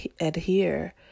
adhere